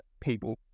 people